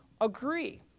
agree